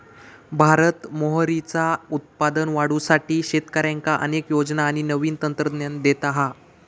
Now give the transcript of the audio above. भारत मोहरीचा उत्पादन वाढवुसाठी शेतकऱ्यांका अनेक योजना आणि नवीन तंत्रज्ञान देता हा